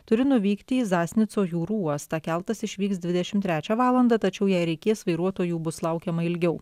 turi nuvykti į zasnico jūrų uostą keltas išvyks dvidešimt trečią valandą tačiau jei reikės vairuotojų bus laukiama ilgiau